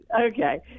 Okay